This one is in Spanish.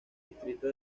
distrito